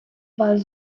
вас